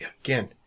Again